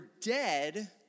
dead